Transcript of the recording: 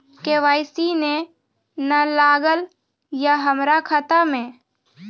KYC ने न लागल या हमरा खाता मैं?